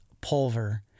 Pulver